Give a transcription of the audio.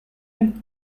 vous